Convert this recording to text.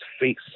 face